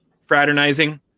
fraternizing